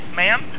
ma'am